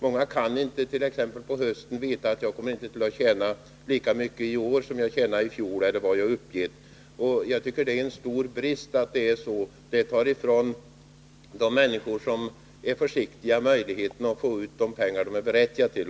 Många kan inte t.ex. på hösten veta att de inte kommer att förtjäna lika mycket som året förut eller lika mycket som de har uppgett. Jag tycker det är en stor brist att det är så. Det tar ifrån de människor som är försiktiga möjligheten att få ut de pengar de är berättigade till.